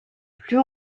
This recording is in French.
plus